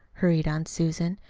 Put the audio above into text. hurried on susan.